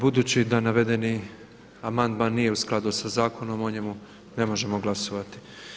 Budući da navedeni amandman nije u skladu sa zakonom o njemu ne možemo glasovati.